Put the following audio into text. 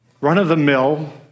run-of-the-mill